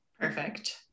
Perfect